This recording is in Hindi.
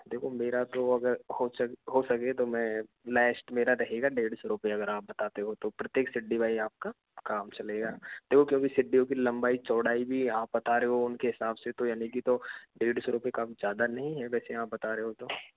देखो मेरा तो अगर हो हो सके तो मैं लास्ट मेरा रहेगा डेढ़ सौ रूपिया अगर आप बताते हो तो प्रत्येक सीढ़ी वाइज़ आपका काम चलेगा देखो क्योंकि सीढ़ियों की लंबाई चौड़ाई भी आप बता रहे हो उनके हिसाब से तो यानि की तो डेढ़ दौ रूपये काफ़ी ज़्यादा नहीं है वैसे आप बता रहे हो तो